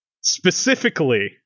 Specifically